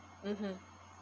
mmhmm